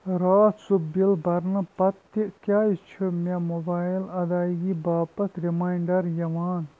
راتھ سُہ بِل برنہٕ پتہٕ تہِ کیٛازِ چھِ مےٚ موبایِل ادٲیگی باپتھ ریمانڈر یِوان